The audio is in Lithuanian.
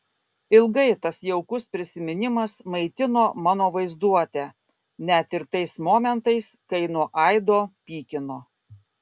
ilgai tas jaukus prisiminimas maitino mano vaizduotę net ir tais momentais kai nuo aido pykino